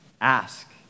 ask